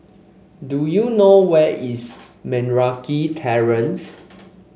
do you know where is Meragi Terrace